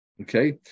Okay